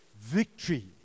Victory